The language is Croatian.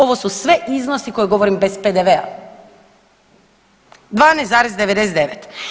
Ovo su sve iznosi koje govorim bez PDV-a, 12,99.